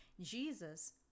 Jesus